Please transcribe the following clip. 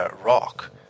rock